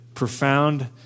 Profound